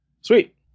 Sweet